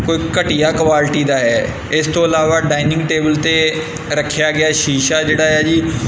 ਕੋਈ ਘਟੀਆ ਕੁਆਲਿਟੀ ਦਾ ਹੈ ਇਸ ਤੋਂ ਇਲਾਵਾ ਡਾਇਨਿੰਗ ਟੇਬਲ 'ਤੇ ਰੱਖਿਆ ਗਿਆ ਸ਼ੀਸ਼ਾ ਜਿਹੜਾ ਹੈ ਜੀ